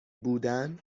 بودن